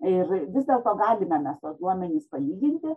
ir vis dėlto galime mes tuos duomenis palyginti